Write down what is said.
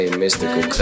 mystical